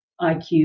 IQ